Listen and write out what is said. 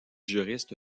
juriste